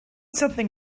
something